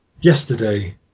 yesterday